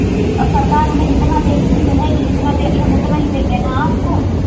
अब सरकार हमें जितना देगी कहेगी जितना देगी हम उतना हि देंगे न आपको